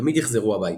תמיד יחזרו הביתה.